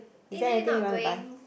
eh then you not going